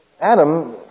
Adam